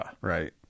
right